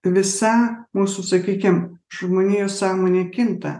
visa mūsų sakykim žmonijos sąmonė kinta